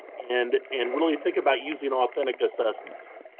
and and really think about using authentic assessments.